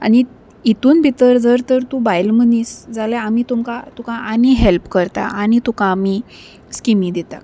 आनी हितून भितर जर तर तूं बायल मनीस जाल्या आमी तुमकां तुका आनी हेल्प करता आनी तुका आमी स्किमी दिता